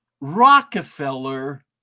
Rockefeller